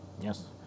Yes